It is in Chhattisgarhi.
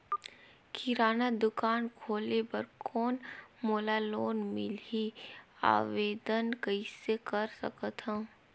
किराना दुकान खोले बर कौन मोला लोन मिलही? आवेदन कइसे कर सकथव?